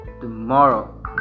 tomorrow